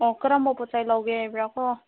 ꯑꯣ ꯀꯔꯝꯕ ꯄꯣꯠ ꯆꯩ ꯂꯧꯒꯦ ꯍꯥꯏꯕ꯭ꯔꯥꯀꯣ